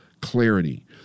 clarity